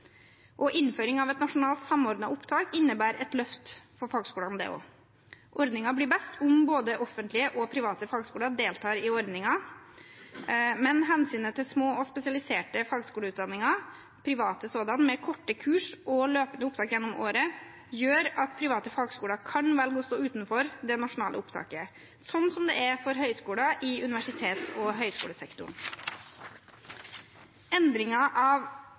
nasjonalt samordnet opptak innebærer også et løft for fagskolene. Ordningen blir best om både offentlige og private fagskoler deltar i den, men hensynet til små og spesialiserte fagskoleutdanninger, private sådanne, med korte kurs og løpende opptak gjennom året gjør at private fagskoler kan velge å stå utenfor det nasjonale opptaket, slik også høyskoler i universitets- og høyskolesektoren kan. Endringen av